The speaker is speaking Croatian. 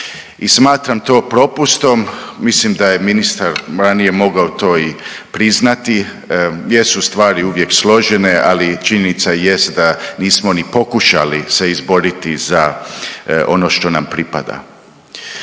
smatram to propustom, mislim da je ministar ranije mogao to i priznati jer su stvari uvijek složene ali činjenica jest da nismo ni pokušali se izboriti za ono što nam pripada.